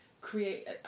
create